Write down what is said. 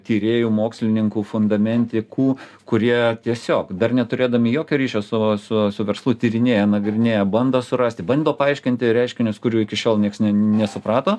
tyrėjų mokslininkų fundamentikų kurie tiesiog dar neturėdami jokio ryšio su su su verslu tyrinėja nagrinėja bando surasti bando paaiškinti reiškinius kurių iki šiol nieks nesuprato